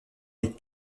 les